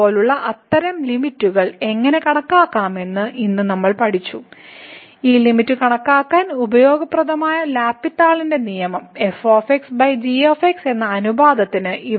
എന്നാൽ ആ സുപ്രധാന കാര്യം ഈ ലിമിറ്റ്കൾ നിലവിലുണ്ടെങ്കിൽ ഡെറിവേറ്റീവുകളുടെ ആ ലിമിറ്റ്കൾ നിലവിലില്ലെങ്കിൽ നമുക്ക് നിഗമനം ചെയ്യാൻ കഴിയാത്തപ്പോൾ ഈ നിയമം സാധുതയുള്ളതാണെന്നതാണ് അപ്പോൾ യഥാർത്ഥ ലിമിറ്റ് നിലവിലില്ലെന്ന് നമ്മൾക്ക് നിഗമനം ചെയ്യാൻ കഴിയില്ല